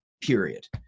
period